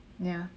ya